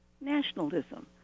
nationalism